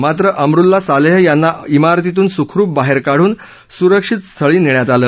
मात्र Amrullah Saleh यांना इमारतीतून सुखरूप बाहेर काढून त्यांना सुरक्षास्थळी नेण्यात आलं